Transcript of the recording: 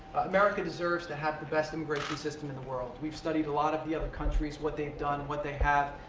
america deserves to have the best immigration system in the world. we've studied a lot of the other countries what they've done and what they have.